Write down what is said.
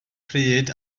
pryd